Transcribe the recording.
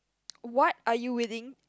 what are you willing